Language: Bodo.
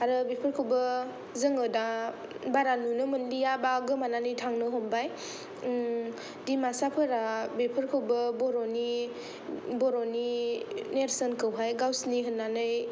आरो बेफोरखौबो जोङो दा बारा नुनो मोनलिया बा गोमानानै थांनो हमबाय डिमासाफोरा बेफोरखौबो बर'नि बर'नि नेरसोनखौहाय गावसोरनि होननानै